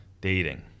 dating